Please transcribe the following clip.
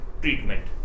treatment